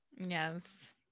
Yes